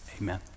Amen